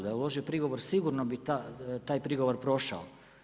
Da je uložio prigovor, sigurno bi taj prigovor prošao.